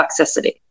toxicity